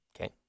Okay